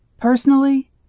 Personally